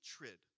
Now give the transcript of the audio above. hatred